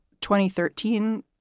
2013